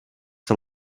the